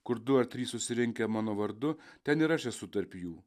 kur du ar trys susirinkę mano vardu ten ir aš esu tarp jų